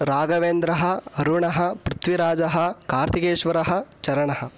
राघवेन्द्रः अरुणः पृथ्विराजः कार्तिकेश्वरः चरणः